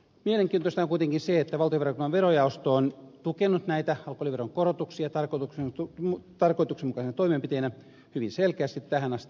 mielenkiintoista on kuitenkin se että valtiovarainvaliokunnan verojaosto on tukenut näitä alkoholiveronkorotuksia tarkoituksenmukaisena toimenpiteenä hyvin selkeästi tähän asti